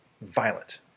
violent